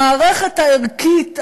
המערכת הערכית,